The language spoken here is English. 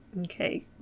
okay